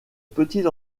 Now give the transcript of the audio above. petite